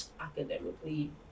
academically